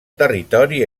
territori